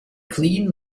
clean